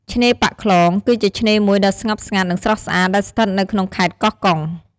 ឆ្នេរប៉ាក់ខ្លង គឺជាឆ្នេរមួយដ៏ស្ងប់ស្ងាត់ និងស្រស់ស្អាត ដែលស្ថិតនៅក្នុងខេត្ត កោះកុង។